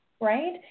Right